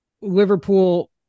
Liverpool